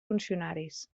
funcionaris